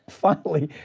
finally,